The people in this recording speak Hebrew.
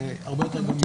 זה הרבה יותר גמיש,